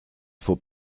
faut